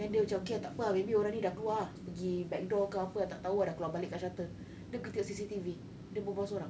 and dia macam okay lah tak apa lah maybe orang ni dah keluar pergi back door ke apa lah tak tahu lah dah keluar balik dekat shutter dia pergi tengok dekat C_C_T_V dia berbual seorang